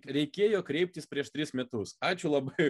reikėjo kreiptis prieš tris metus ačiū labai